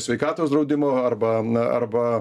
sveikatos draudimo arba na arba